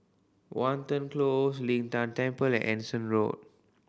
Watten Close Lin Tan Temple and Anson Road